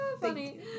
Funny